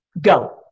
Go